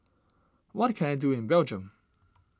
what can I do in Belgium